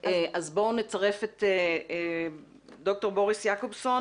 אז בואו נצרף את ד"ר בוריס יעקובסון.